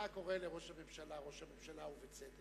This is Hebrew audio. חבר הכנסת